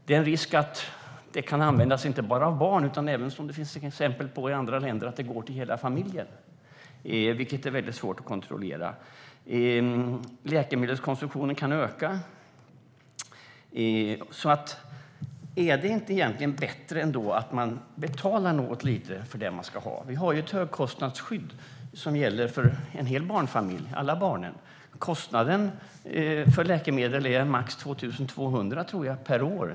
Det finns risk att det inte bara används av barn utan även går till hela familjen, vilket det finns exempel på från andra länder. Det är svårt att kontrollera. Läkemedelskonsumtionen kan öka. Är det inte bättre att man betalar något lite för det man ska ha? Vi har ett högkostnadsskydd som gäller för en hel barnfamilj, för alla barnen. Kostnaden för läkemedel är max 2 200 per år, tror jag.